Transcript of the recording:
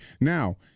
now